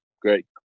Great